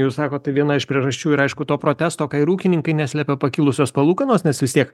jūs sakot tai viena iš priežasčių ir aišku to protesto ką ir ūkininkai neslepia pakilusios palūkanos nes vis tiek